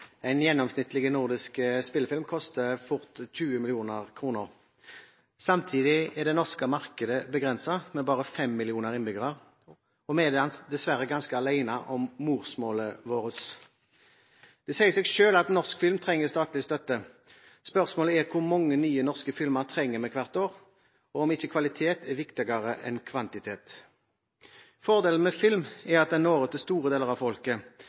En gjennomsnittlig nordisk spillefilm koster fort 20 mill. kr. Samtidig er det norske markedet begrenset med bare 5 millioner innbyggere, og vi er dessverre ganske alene om morsmålet vårt. Det sier seg selv at norsk film trenger statlig støtte. Spørsmålet er hvor mange nye norske filmer trenger vi hvert år, og om ikke kvalitet er viktigere enn kvantitet. Fordelen med film er at den når ut til store deler av folket.